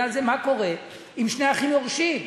על זה: מה קורה אם שני אחים יורשים?